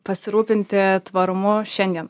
pasirūpinti tvarumu šiandien